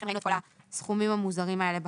לכן ראינו את כל הסכומים המוזרים אלה בחוק.